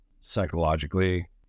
Psychologically